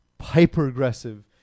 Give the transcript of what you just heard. hyper-aggressive